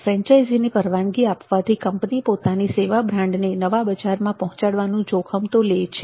ફ્રેન્ચાઇઝીની પરવાનગી આપવાથી કંપની પોતાની સેવા બ્રાન્ડને નવા બજારમાં પહોંચાડવાનું જોખમ તો લે છે